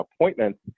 appointments